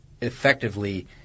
effectively